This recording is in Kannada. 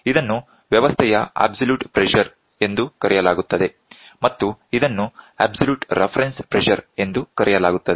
ಇದನ್ನು ವ್ಯವಸ್ಥೆಯ ಅಬ್ಸಲ್ಯೂಟ್ ಪ್ರೆಶರ್ ಎಂದು ಕರೆಯಲಾಗುತ್ತದೆ ಮತ್ತು ಇದನ್ನು ಅಬ್ಸಲ್ಯೂಟ್ ರೆಫರೆನ್ಸ್ ಪ್ರೆಶರ್ ಎಂದು ಕರೆಯಲಾಗುತ್ತದೆ